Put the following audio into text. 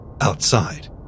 outside